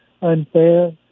unfair